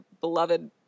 beloved